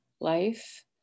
life